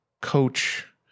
coach